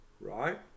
right